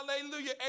Hallelujah